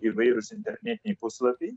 įvairūs internetiniai puslapiai